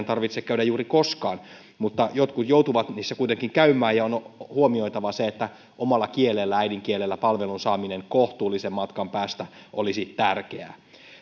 tarvitse käydä juuri koskaan mutta jotkut joutuvat niissä kuitenkin käymään ja on huomioitava se että omalla äidinkielellä palvelun saaminen kohtuullisen matkan päästä olisi tärkeää